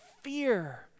fear